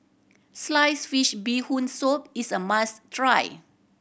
sliced fish Bee Hoon Soup is a must try